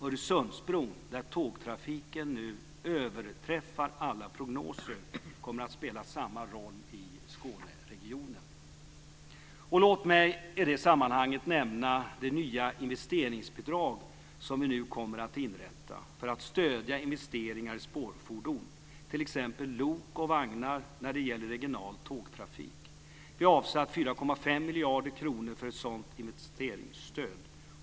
Öresundsbron, där tågtrafiken nu överträffar alla prognoser, kommer att spela samma roll i Skåneregionen. Låt mig i det sammanhanget nämna det nya investeringsbidrag som vi nu kommer att inrätta för att stödja investeringar i spårfordon. Det gäller t.ex. lok och vagnar i regional tågtrafik. Vi har avsatt 4,5 miljarder kronor för ett sådant investeringsstöd.